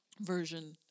version